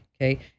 okay